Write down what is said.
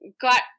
got